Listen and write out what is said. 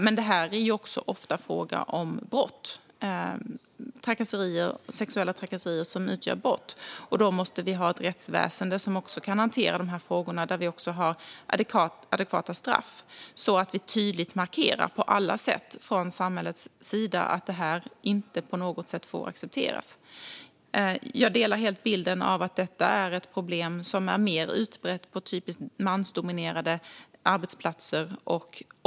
Men det är också ofta fråga om sexuella trakasserier som utgör brott. Då måste vi ha ett rättsväsen som kan hantera frågorna och ha adekvata straff så att vi från samhällets sida tydligt markerar på alla sätt att det inte på något sätt får accepteras. Jag delar helt bilden av att detta är ett problem som är mer utbrett på typiskt mansdominerade arbetsplatser.